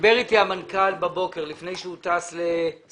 דיבר אתי הבוקר המנכ"ל לפני שהוא טס לסין